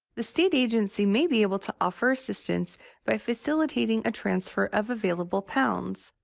the state agency may be able to offer assistance by facilitating a transfer of available pounds.